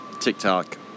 TikTok